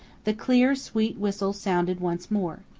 the clear, sweet whistle sounded once more.